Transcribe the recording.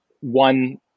one